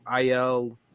IL